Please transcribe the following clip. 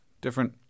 Different